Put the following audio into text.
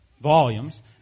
volumes